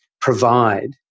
provide